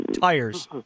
tires